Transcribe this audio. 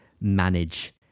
manage